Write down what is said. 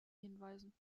hinweisen